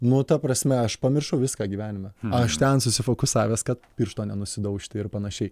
nu ta prasme aš pamiršau viską gyvenime aš ten susifokusavęs kad piršto nenusidaužti ir panašiai